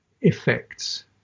effects